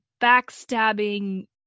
backstabbing